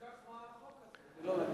אם כך, מה החוק הזה?